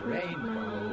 Rainbow